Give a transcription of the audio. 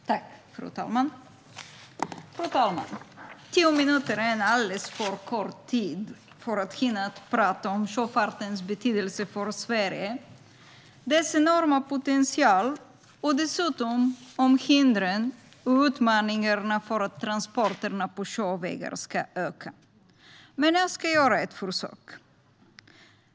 Fru talman! Tio minuter är en alldeles för kort tid för att hinna prata om sjöfartens betydelse för Sverige, dess enorma potential och dessutom om hindren och utmaningarna för att transporterna på sjövägar ska öka. Men jag ska göra ett försök.